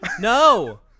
No